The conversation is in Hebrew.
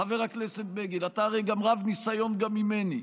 חבר הכנסת בגין, אתה הרי רב-ניסיון גם ממני,